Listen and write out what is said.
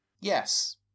Yes